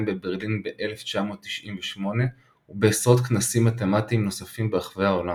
בברלין ב-1998 ובעשרות כנסים מתמטיים נוספים ברחבי העולם.